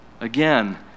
Again